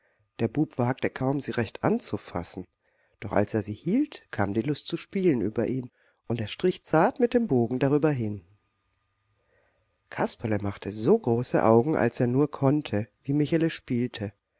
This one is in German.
der bub wagte kaum sie recht anzufassen doch als er sie hielt kam die lust zu spielen über ihn und er strich zart mit dem bogen darüber hin kasperle machte so große augen als er nur konnte wie michele spielte